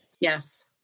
Yes